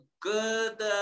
good